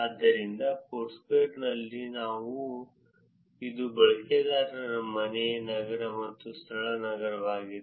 ಆದ್ದರಿಂದ ಫೋರ್ಸ್ಕ್ವೇರ್ನಲ್ಲಿ ಇದು ಬಳಕೆದಾರರ ಮನೆ ನಗರ ಮತ್ತು ಸ್ಥಳ ನಗರವಾಗಿದೆ